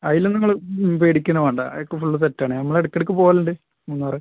അതിൽ നിങ്ങൾ ഉം പേടിക്കുക ഒന്നും വേണ്ട അതൊക്കെ ഫുൾ സെറ്റ് ആണ് നമ്മൾ ഇടയ്ക്കിടയ്ക്ക് പോവലുണ്ട് മൂന്നാർ